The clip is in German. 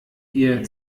ihr